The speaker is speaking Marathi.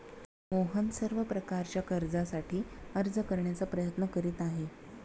मोहन सर्व प्रकारच्या कर्जासाठी अर्ज करण्याचा प्रयत्न करीत आहे